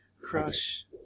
crush